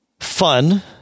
Fun